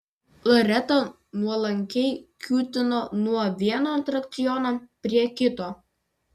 loreta nuolankiai kiūtino nuo vieno atrakciono prie kito